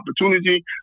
opportunity